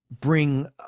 bring